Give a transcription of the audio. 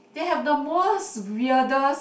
they have the most weirdest